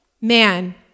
man